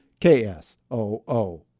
KSOO